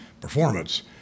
performance